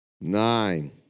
Nine